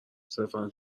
صرفا